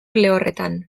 lehorretan